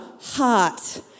heart